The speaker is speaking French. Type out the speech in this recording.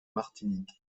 martinique